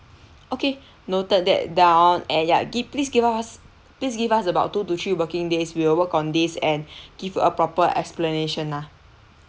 okay noted that down and ya give please give us please give us about two to three working days we will work on this and give a proper explanation lah